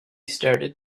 started